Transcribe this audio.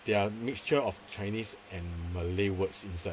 there are mixture of chinese and malay words inside